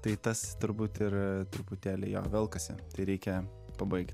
tai tas turbūt ir truputėlį jo velkasi tai reikia pabaigt